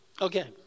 Okay